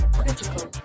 critical